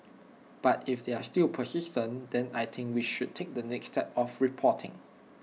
but if they are still persistent then I think we should take the next step of reporting